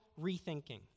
rethinking